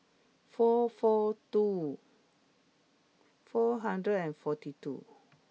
four four two four hundred and forty two